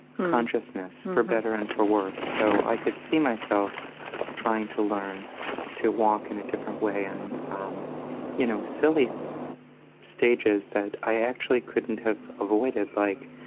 consciousness, for better and for worse. so i could see myself trying to learn to walk in a different way and you know silly stages that i actually couldn't have avoided. like